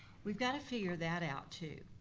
we've gotta figure that out, too.